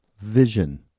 vision